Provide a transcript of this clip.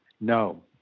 No